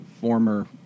former